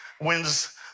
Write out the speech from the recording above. wins